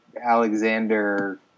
Alexander